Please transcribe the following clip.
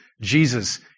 Jesus